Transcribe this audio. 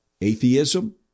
atheism